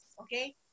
okay